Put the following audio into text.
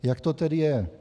Jak to tedy je?